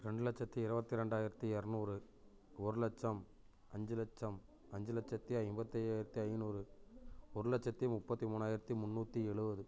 ரெண்டு லட்சத்தி இருபத்தி ரெண்டாயிரத்தி இரநூறு ஒரு லட்சம் அஞ்சு லட்சம் அஞ்சு லட்சத்தி ஐம்பத்தி ஐயாயிரத்தி ஐநூறு ஒரு லட்சத்தி முப்பத்தி மூணாயிரத்தி முன்னூற்றி எழுபது